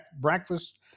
breakfast